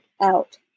out